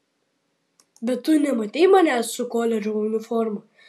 bet tu nematei manęs su koledžo uniforma